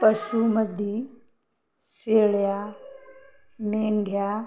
पशु मध्ये शेळ्या मेंढ्या